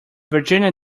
virginia